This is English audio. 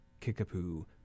kickapoo